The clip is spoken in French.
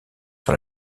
sur